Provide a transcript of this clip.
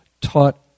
taught